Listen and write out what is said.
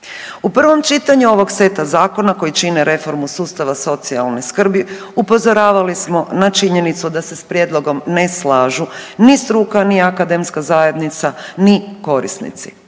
U prvom čitanju ovog seta zakona koji čine reformu sustava socijalne skrbi upozoravali smo na činjenicu da se s prijedlogom ne slažu ni struka ni akademska zajednica, ni korisnici.